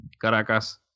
Caracas